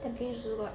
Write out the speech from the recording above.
tampines also got